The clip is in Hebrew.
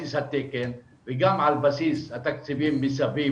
בסיס התקן וגם על בסיס התקציבים מסביב,